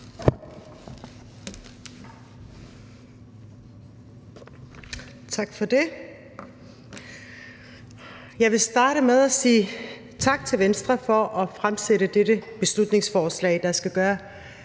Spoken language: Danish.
Tak for det. Jeg vil starte med at sige tak til Venstre for at fremsætte dette beslutningsforslag, der skal gøre